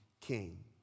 king